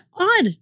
Odd